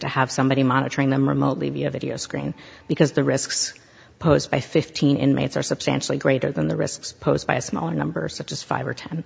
to have somebody monitoring them remotely via video screen because the risks posed by fifteen inmates are substantially greater than the risks posed by a smaller number such as five or ten